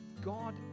God